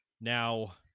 Now